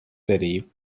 city